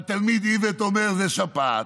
והתלמיד איווט אומר: זו שפעת.